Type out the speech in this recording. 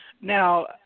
Now